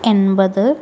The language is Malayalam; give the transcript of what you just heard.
എൺപത്